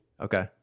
Okay